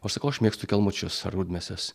o sakau aš mėgstu kelmučius ar rudmėses